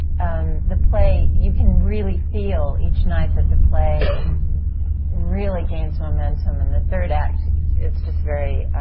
and the play. you can really feel each night that the play really gains momentum. and the third act is just very.